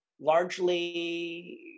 largely